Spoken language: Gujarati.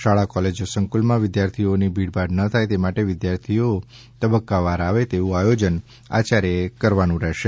શાળા કોલેજો સંકુલમાં વિદ્યાર્થીઓની ભીડભાડ ન થાય તે માટે વિદ્યાર્થીઓ તબકકાવાર આવે તેવું આયોજન આયાર્થ ગોઠવવાનું રહેશે